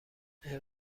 این